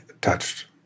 touched